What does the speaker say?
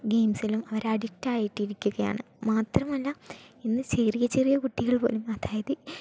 ഗെയിംസിലും അവർ അഡിക്ടയിട്ടിരിക്കുകയാണ് മാത്രമല്ല ഇന്ന് ചെറിയ ചെറിയ കുട്ടികൾ പോലും അതായത്